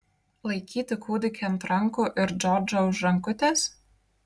laikyti kūdikį ant rankų ir džordžą už rankutės